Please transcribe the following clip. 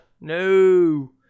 No